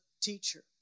teacher